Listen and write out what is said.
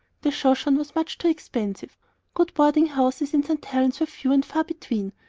the shoshone was much too expensive good boarding-houses in st. helen's were few and far between,